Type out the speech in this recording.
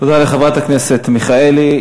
תודה לחברת הכנסת מיכאלי.